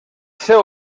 seu